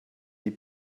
die